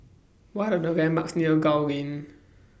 What Are The landmarks near Gul Lane